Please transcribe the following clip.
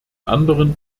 anderen